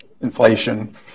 inflation